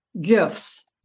gifts